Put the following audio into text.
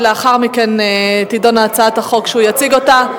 ולאחר מכן תידון הצעת החוק שהוא יציג אותה.